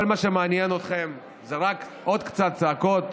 כל מה שמעניין אתכם זה רק עוד קצת צעקות,